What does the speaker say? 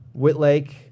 Whitlake